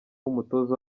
umutoza